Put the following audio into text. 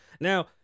Now